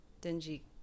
dingy